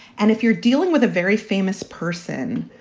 and if you're dealing with a very famous person,